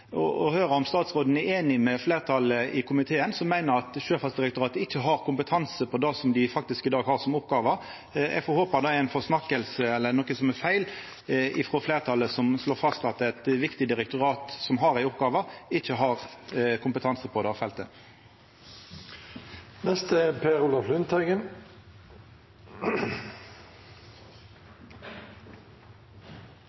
statsråden er einig med fleirtalet i komiteen, som meiner at Sjøfartsdirektoratet ikkje har kompetanse på det dei i dag faktisk har som oppgåve. Eg får håpa det er ei forsnakking eller ein feil frå fleirtalet, som slår fast at eit viktig direktorat som har ei oppgåve, ikkje har kompetanse på det feltet. Fremskrittspartiets hovedtalsmann, representanten Dale, sa at Fremskrittspartiet støtter hovedgrepet. Nei, det er